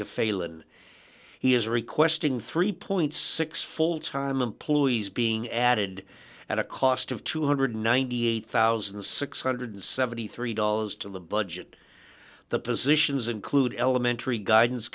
to failon he is requesting three dollars full time employees being added at a cost of two hundred and ninety eight thousand six hundred and seventy three dollars to the budget the positions include elementary guidance